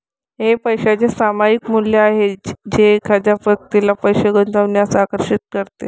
हे पैशाचे सामायिक मूल्य आहे जे एखाद्या व्यक्तीला पैसे गुंतवण्यास आकर्षित करते